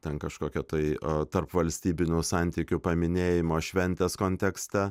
ten kažkokia tai tarpvalstybinių santykių paminėjimo šventės kontekste